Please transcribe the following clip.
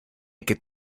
que